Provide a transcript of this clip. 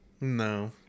No